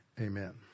Amen